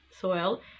soil